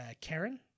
Karen